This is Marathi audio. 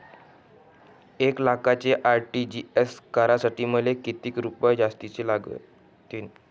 एक लाखाचे आर.टी.जी.एस करासाठी मले कितीक रुपये जास्तीचे लागतीनं?